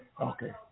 Okay